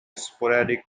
sporadic